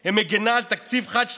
היא מגינה על תקציב חד-שנתי,